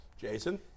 Jason